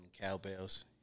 Cowbells